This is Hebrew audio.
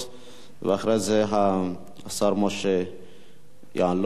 ואחרי זה השר משה יעלון יענה,